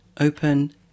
open